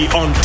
on